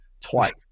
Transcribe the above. twice